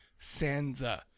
Sansa